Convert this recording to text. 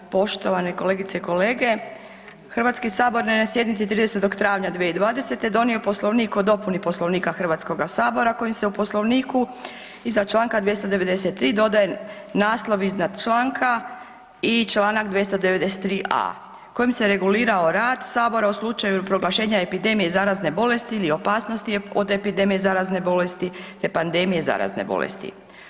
Poštovane kolegice i kolege Hrvatski sabor na sjednici 30. travnja 2020. donio je Poslovnik o dopuni Poslovnika Hrvatskoga sabora kojim se u Poslovniku iza Članka 293. dodaje naslov iznad članka i Članak 293a. kojim se regulirao rad sabora u slučaju proglašenja epidemije i zarazne bolesti ili opasnosti od epidemije zarazne bolesti te pandemije zarazne bolesti.